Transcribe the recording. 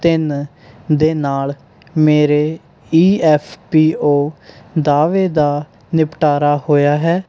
ਤਿੰਨ ਦੇ ਨਾਲ਼ ਮੇਰੇ ਈ ਐੱਫ ਪੀ ਓ ਦਾਅਵੇ ਦਾ ਨਿਪਟਾਰਾ ਹੋਇਆ ਹੈ